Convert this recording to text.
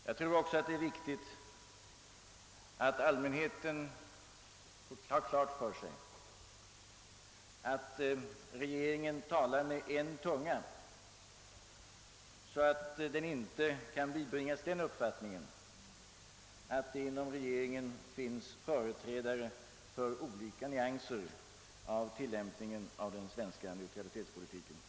Jag tror också det är viktigt att allmänheten får klart för sig att regeringen talar med en tunga och att man inte ute i landet bibringas den uppfattningen att det inom regeringen finns företrädare för olika nyanser i tillämpningen av den svenska neutralitetspolitiken.